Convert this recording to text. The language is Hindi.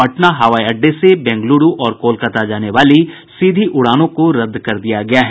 पटना हवाई अड्डे से बेंग्लुरू और कोलकाता जाने वाली सीधी उड़ानों को रद्द कर दिया गया है